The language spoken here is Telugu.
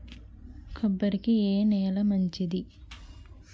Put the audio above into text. కొబ్బరి కి ఏ నేల మంచిది?